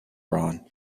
ron